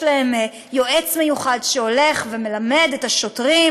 להם יועץ מיוחד שהולך ומלמד את השוטרים,